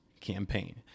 campaign